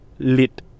Lit